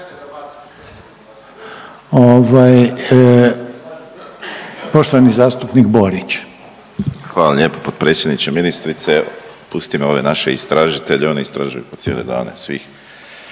Josip (HDZ)** Hvala lijepo potpredsjedniče. Ministrice pustimo ove naše istražitelje, oni istražuju po cijele dane svih.